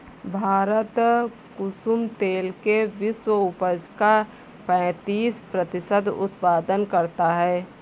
भारत कुसुम तेल के विश्व उपज का पैंतीस प्रतिशत उत्पादन करता है